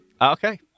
Okay